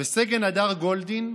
וסגן הדר גולדין,